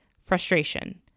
frustration